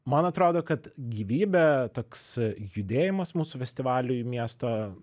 man atrodo kad gyvybė toks judėjimas mūsų festivalių į miestą